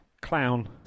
Clown